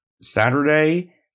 Saturday